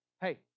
Hey